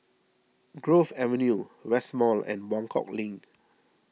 Grove Avenue West Mall and Buangkok Link